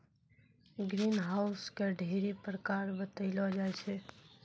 green house के ढ़ेरी प्रकार बतैलो जाय छै